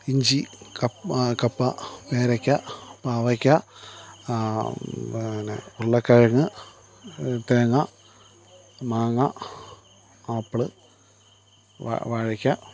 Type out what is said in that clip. ഇഞ്ചി കപ്പ പേരയ്ക്ക പാവയ്ക്ക പിന്നെ ഉരുളക്കിഴങ്ങ് തേങ്ങ മാങ്ങ ആപ്പിള് വാഴക്ക